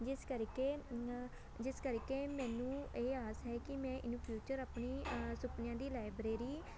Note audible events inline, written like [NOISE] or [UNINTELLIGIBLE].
ਜਿਸ ਕਰਕੇ [UNINTELLIGIBLE] ਜਿਸ ਕਰਕੇ ਮੈਨੂੰ ਇਹ ਆਸ ਹੈ ਕਿ ਮੈਂ ਇੰਨ ਫਿਊਚਰ ਆਪਣੀ ਸੁਪਨਿਆਂ ਦੀ ਲਾਇਬ੍ਰੇਰੀ